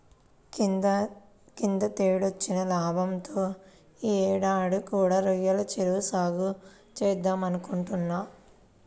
కిందటేడొచ్చిన లాభంతో యీ యేడు కూడా రొయ్యల చెరువు సాగే చేద్దామనుకుంటున్నా